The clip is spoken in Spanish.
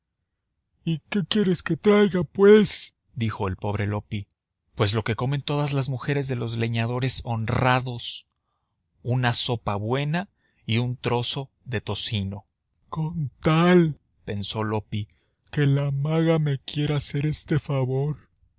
y qué quieres que te traiga pues dijo el pobre loppi pues lo que comen todas las mujeres de los leñadores honrados una sopa buena y un trozo de tocino con tal pensó loppi que la maga me quiera hacer este favor